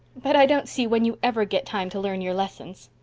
but i don't see when you ever get time to learn your lessons.